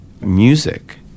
music